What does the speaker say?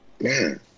man